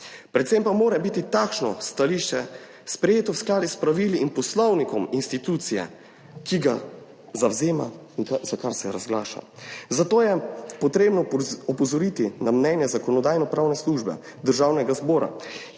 predvsem pa mora biti takšno stališče sprejeto v skladu s pravili in poslovnikom institucije, ki ga zavzema, za kar se razglaša. Zato je potrebno opozoriti na mnenje Zakonodajno-pravne službe Državnega zbora,